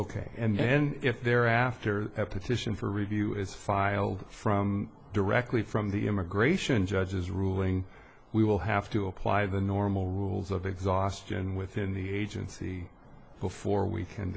ok and then if there after a petition for review is filed from directly from the immigration judge's ruling we will have to apply the normal rules of exhaustion within the agency before we can